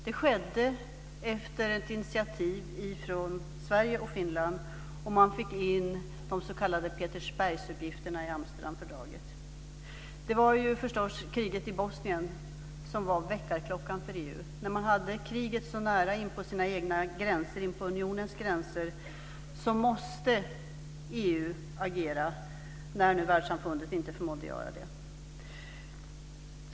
Det skedde efter ett initiativ från Sverige och Finland, och man fick in de s.k. Petersbergsuppgifterna i Amsterdamfördraget. Det var förstås kriget i Bosnien som var väckarklockan för EU. När man hade kriget så nära inpå unionens gränser var EU tvungen att agera när nu världssamfundet inte förmådde göra det.